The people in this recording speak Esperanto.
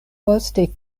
poste